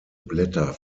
blätter